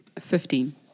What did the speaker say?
Fifteen